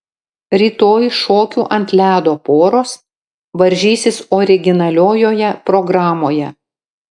rytoj šokių ant ledo poros varžysis originaliojoje programoje